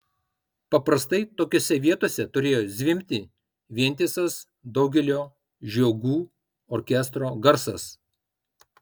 paprastai tokiose vietose turėjo zvimbti vientisas daugelio žiogų orkestro garsas